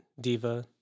diva